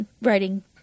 writing